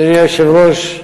אדוני היושב-ראש,